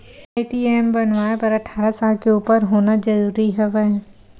का ए.टी.एम बनवाय बर अट्ठारह साल के उपर होना जरूरी हवय?